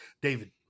David